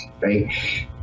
right